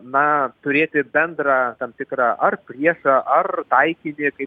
na turėti bendrą tam tikrą ar priešą ar taikinį kaip